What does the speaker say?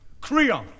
Creon